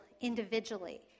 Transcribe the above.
individually